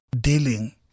dealing